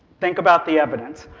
think about the evidence.